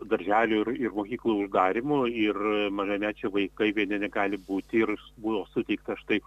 darželių ir ir mokyklų uždarymu ir mažamečiai vaikai vieni negali būti ir buvo suteikta štai